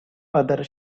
other